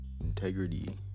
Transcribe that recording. integrity